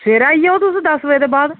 सवेरे आई जाओ तुस दस बजे दे बाद